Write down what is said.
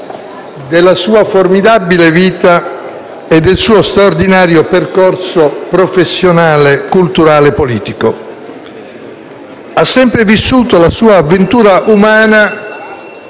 della sua formidabile vita e del suo straordinario percorso professionale, culturale e politico. Ha sempre vissuto la sua avventura umana